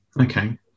okay